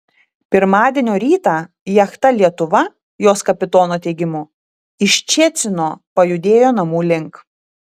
pirmadienio rytą jachta lietuva jos kapitono teigimu iš ščecino pajudėjo namų link